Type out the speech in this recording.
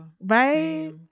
right